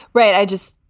right. i just.